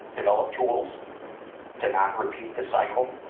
develop tools to not repeat the cycle,